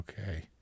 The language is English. okay